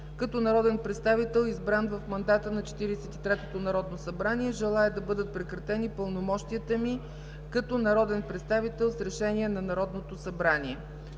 като народен представител, избран в мандата на Четиридесет и третото Народно събрание и желая да бъдат прекратени пълномощията ми като народен представител с решение на Народното събрание”.